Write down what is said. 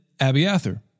Abiathar